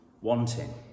wanting